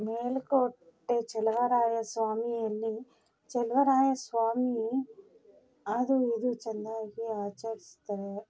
ಮೇಲುಕೋಟೆ ಚೆಲುವರಾಯ ಸ್ವಾಮಿಯಲ್ಲಿ ಚೆಲುವರಾಯ ಸ್ವಾಮಿ ಅದು ಇದು ಚೆನ್ನಾಗಿ ಆಚರಿಸ್ತಾರೆ